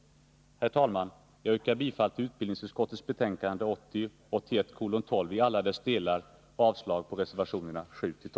Herr talman! Jag yrkar bifall till utbildningsutskottets hemställan i 61